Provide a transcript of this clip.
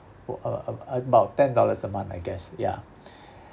w~ uh uh uh about ten dollars a month I guess ya